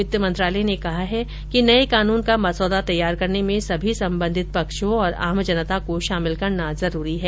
वित्त मंत्रालय ने कहा है कि नये कानून का मसौदा तैयार करने में सभी संबंधित पक्षों और आम जनता को शामिल करना जरूरी है